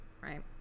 right